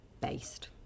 based